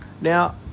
Now